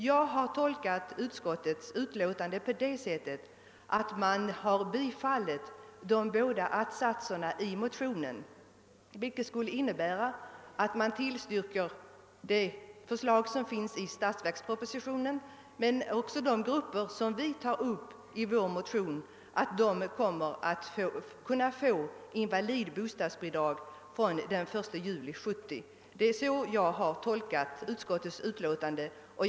Jag har tolkat utskottets utlåtande på det sättet, att man har biträtt de båda att-satserna i motionen, vilket bl.a. innebär att utskottet tillstyrker att de grupper som berörs i vår motion skall kunna få invalidbostadsbidrag från den 1 juli 1970.